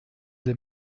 des